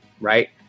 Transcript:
right